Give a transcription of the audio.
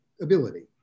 ability